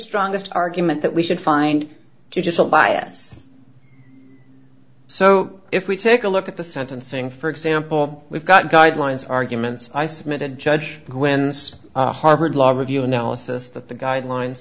strongest argument that we should find just not by us so if we take a look at the sentencing for example we've got guidelines arguments i submitted judge quinn's harvard law review analysis that the guidelines